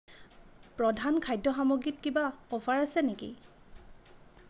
প্ৰধান খাদ্য সামগ্ৰীত কিবা অফাৰ আছে নেকি